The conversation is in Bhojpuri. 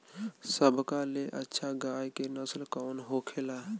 सबका ले अच्छा गाय के नस्ल कवन होखेला?